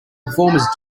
performers